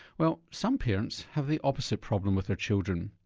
well some parents have the opposite problem with their children.